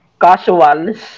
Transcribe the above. Casuals